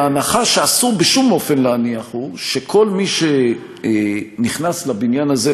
ההנחה שאסור בשום אופן להניח היא שכל מי שנכנס לבניין הזה,